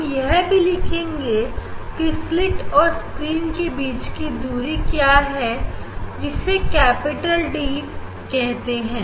हम यह भी लिखेंगे की स्लीट और स्क्रीन के बीच की दूरी क्या है जिसे D कहते हैं